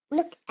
Look